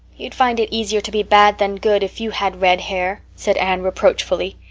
you'd find it easier to be bad than good if you had red hair, said anne reproachfully.